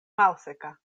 malseka